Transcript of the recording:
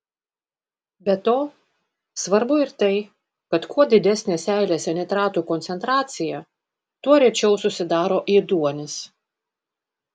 be to svarbu ir tai kad kuo didesnė seilėse nitratų koncentracija tuo rečiau susidaro ėduonis